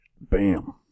Bam